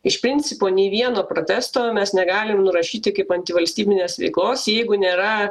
iš principo nei vieno protesto mes negalim nurašyti kaip antivalstybinės veiklos jeigu nėra